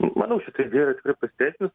manau šita idėja tikrai pasiteisinus